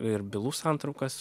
ir bylų santraukas